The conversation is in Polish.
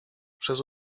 przez